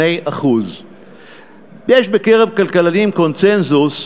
2%. יש בקרב כלכלנים קונסנזוס,